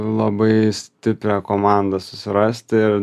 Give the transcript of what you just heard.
labai stiprią komandą susirast ir